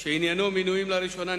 שעניינו "מינויים לראשונה",